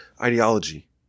ideology